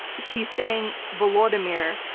she's saying volodymyr,